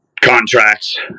contracts